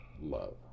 love